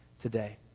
today